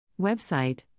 Website